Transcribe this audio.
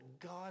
God